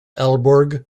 aalborg